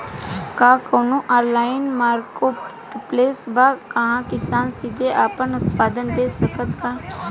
का कउनों online marketplace बा जहां किसान सीधे आपन उत्पाद बेच सकत बा?